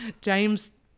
James